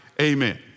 Amen